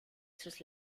sus